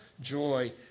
joy